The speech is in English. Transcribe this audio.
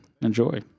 enjoy